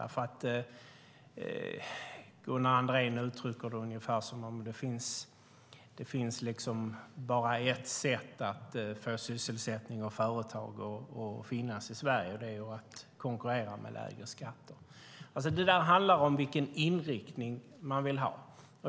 Gunnar Andrén uttrycker det ungefär som att det bara finns ett sätt att få sysselsättning och företag att finnas i Sverige, och det är att konkurrera med lägre skatter. Det handlar om vilken inriktning man vill ha.